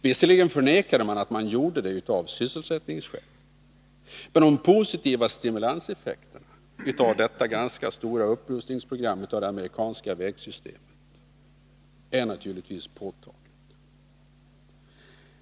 Visserligen förnekade man att man gjorde det av sysselsättningsskäl, men de positiva stimulanseffekterna av denna ganska stora upprustning av det amerikanska vägsystemet är naturligtvis påtagliga.